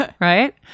right